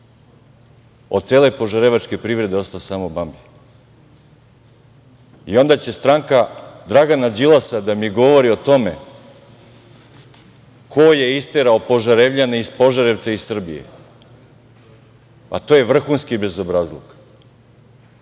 cele požarevačke privrede ostao je samo „Bambi“ i onda će stranka Dragana Đilasa da mi govori o tome ko je isterao Požarevljane iz Požarevca i iz Srbije. Pa, to je vrhunski bezobrazluk.